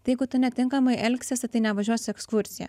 tai jeigu tu netinkamai elgsiesi tai nevažiuosi į ekskursiją